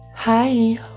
Hi